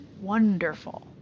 wonderful